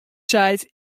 seit